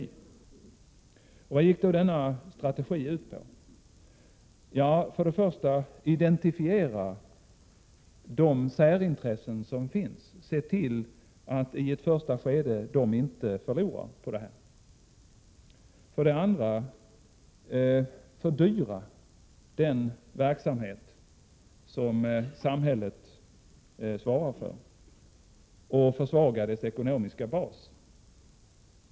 Vad gick då denna strategi ut på? För det första att identifiera de särintressen som finns och att i ett första skede se till att de inte förlorar på förändringarna. För det andra att fördyra den verksamhet som samhället svarar för, och för det tredje att försvaga dess ekonomiska bas.